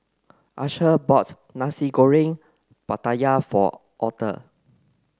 Asher bought Nasi Goreng Pattaya for Arther